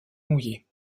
mouillés